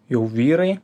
jau vyrai